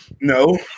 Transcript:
No